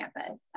campus